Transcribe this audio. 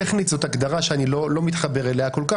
טכנית זאת הגדרה שאני לא מתחבר אליה כל כך.